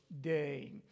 day